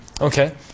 Okay